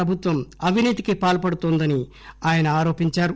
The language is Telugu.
ప్రభుత్వం అవినీతికి పాల్సడుతోందని ఆయన ఆరోపించారు